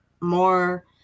more